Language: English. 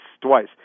twice